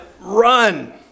run